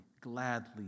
gladly